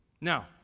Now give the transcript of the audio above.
now